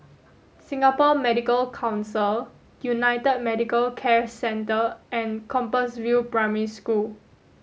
Singapore Medical Council United Medicare Centre and Compassvale Primary School